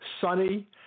sunny